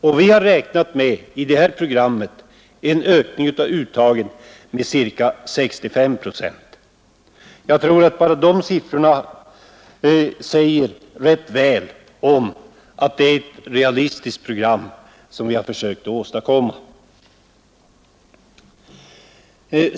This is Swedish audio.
Och vi har i det här programmet räknat med en ökning av uttaget med ca 65 procent. Jag tror att bara de siffrorna visar rätt väl att det är ett realistiskt program som vi har försökt åstadkomma.